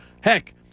Heck